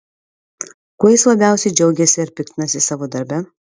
kuo jis labiausiai džiaugiasi ar piktinasi savo darbe